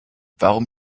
warum